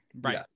Right